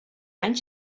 any